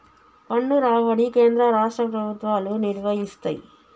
పన్ను రాబడి కేంద్ర రాష్ట్ర ప్రభుత్వాలు నిర్వయిస్తయ్